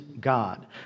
God